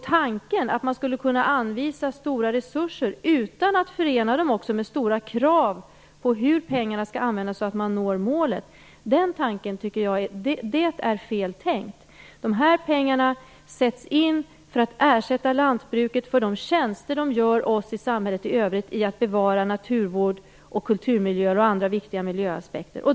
Tanken att man skulle kunna anvisa stora resurser utan att förena dem med stora krav på hur pengarna skall användas så att man når målet är fel. De här pengarna sätts in för att ersätta lantbrukarna för de tjänster de gör för oss i samhället genom att bevara naturen och kulturmiljöer och se till andra viktiga miljöaspekter.